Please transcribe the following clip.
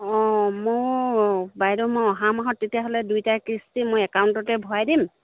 অঁ মোৰ বাইদেউ মই অহা মাহত তেতিয়াহ'লে দুইটা কিস্তি মই একাউণ্টতে ভৰাই দিম